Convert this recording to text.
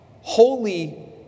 holy